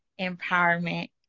empowerment